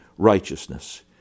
righteousness